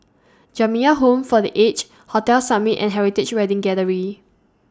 Jamiyah Home For The Aged Hotel Summit and Heritage Wedding Gallery